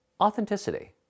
authenticity